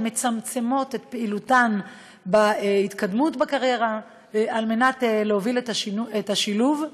מצמצמות את פעילותן להתקדמות בקריירה על מנת להוביל את השילוב.